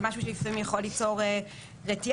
זה משהו שיכול ליצור רתיעה.